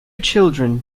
children